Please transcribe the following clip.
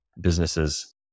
businesses